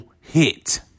hit